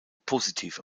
positiv